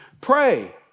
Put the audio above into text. Pray